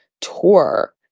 tour